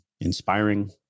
inspiring